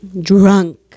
drunk